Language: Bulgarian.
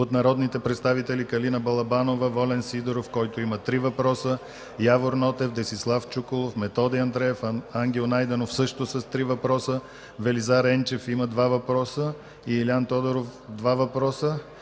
от народните представители Калина Балабанова; Волен Сидеров, който има три въпроса; Явор Нотев; Десислав Чуколов; Методи Андреев; Ангел Найденов – също с три въпроса; Велизар Енчев – два въпроса; Илиан Тодоров – два въпроса,